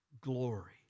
glory